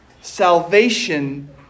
Salvation